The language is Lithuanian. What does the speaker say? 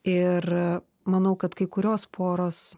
ir manau kad kai kurios poros